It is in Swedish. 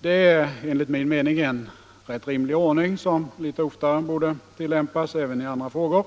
Detta är enligt min mening en rätt rimlig ordning, som litet oftare borde tillämpas även i andra frågor.